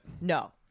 no